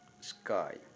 Sky